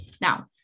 Now